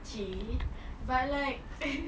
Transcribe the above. bitchy but like